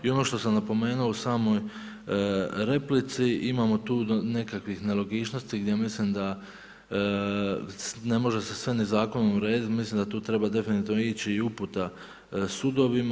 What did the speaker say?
I ono što sam napomenuo u samoj replici imamo tu nekakvih nelogičnosti gdje mislim da ne može se sve ni zakonom urediti, mislim da tu treba definitivno ići i uputa sudovima.